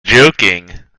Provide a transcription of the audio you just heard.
joking